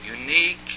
unique